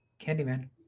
Candyman